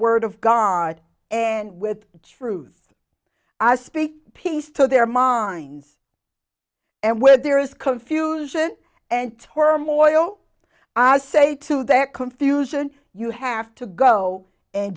word of guard and with truth i speak peace to their minds and where there is confusion and turmoil i say to their confusion you have to go and